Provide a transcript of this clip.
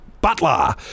butler